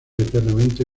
eternamente